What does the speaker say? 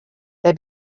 they